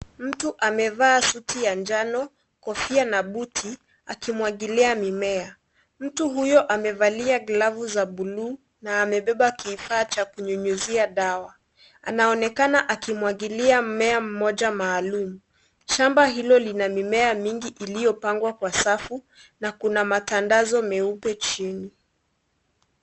Mtu amevaa suti ya njano, kofia na buti akimwagilia mimea. Mtu huyo amevalia glavu za buluu na amebeba kifaa cha kunyunyuzia dawa. Anaonekana akimwagilia mmea mmoja maalum. Shamba hilo lina mimea mingi iliyopangwa kwa safu na kuna matandazo meupe chini.